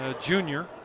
junior